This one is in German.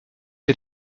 wir